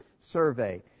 survey